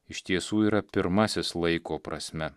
iš tiesų yra pirmasis laiko prasme